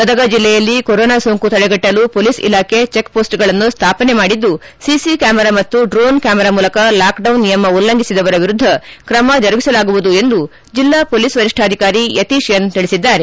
ಗದಗ ಜಿಲ್ಲೆಯಲ್ಲಿ ಕೊರೊನಾ ಸೋಂಕು ತಡೆಗಟ್ಟಲು ಪೊಲೀಸ್ ಇಲಾಖೆ ಚಿಕ್ಪೋಸ್ಟ್ಗಳನ್ನು ಸ್ಥಾಪನೆ ಮಾಡಿದ್ದು ಸಿಸಿ ಕ್ಯಾಮರಾ ಮತ್ತು ಡ್ರೋಣ್ ಕ್ಯಾಮರಾ ಮೂಲಕ ಲಾಕ್ಡೌನ್ ನಿಯಮ ಉಲ್ಲಂಘಿಸಿದವರ ವಿರುದ್ದ ತ್ರಮ ಜರುಗಿಸಲಾಗುವುದು ಎಂದು ಜಿಲ್ಲಾ ಪೊಲೀಸ್ ವರಿಷ್ಣಾಧಿಕಾರಿ ಯತೀಶ್ ಎನ್ ತಿಳಿಸಿದ್ದಾರೆ